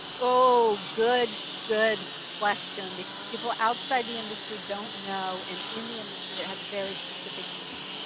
oh, good, good question. because people outside the industry don't know, and in the industry, it has very specific meetings.